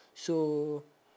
so